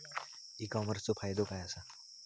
E कॉमर्सचो फायदो काय असा?